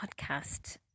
podcast